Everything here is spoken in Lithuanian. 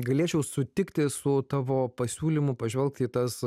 galėčiau sutikti su tavo pasiūlymu pažvelgt į tas